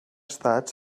estat